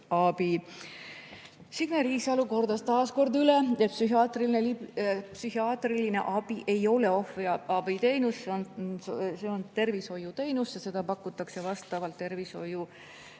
Signe Riisalo kordas taas kord üle, et psühhiaatriline abi ei ole ohvriabiteenus. See on tervishoiuteenus ja seda pakutakse vastavalt